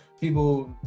people